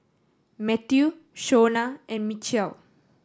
Mathew Shona and Michial